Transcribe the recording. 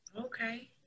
Okay